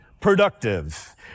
productive